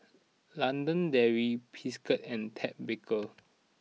London Dairy Friskies and Ted Baker